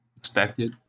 Expected